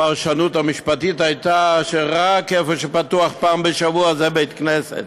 הפרשנות המשפטית הייתה שרק איפה שפתוח פעם בשבוע זה בית-כנסת,